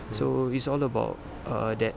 so it's all about err that